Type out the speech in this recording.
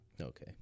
Okay